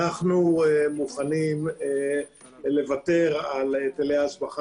אנו מוכנים לוותר על היטלי השבחה